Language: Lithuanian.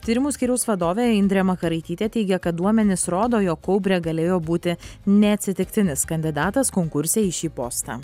tyrimų skyriaus vadovė indrė makaraitytė teigia kad duomenys rodo jog kaubrė galėjo būti neatsitiktinis kandidatas konkurse į šį postą